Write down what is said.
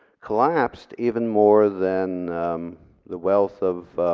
collapsed even more than the wealth of